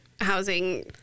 housing